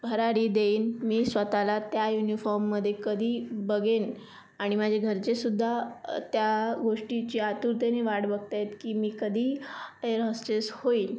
भरारी देईन मी स्वतःला त्या युनिफॉर्ममध्ये कधी बघेन आणि माझे घरचेसुद्धा त्या गोष्टीची आतुरतेने वाट बघत आहेत की मी कधी एअर होस्टेस होईन